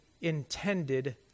intended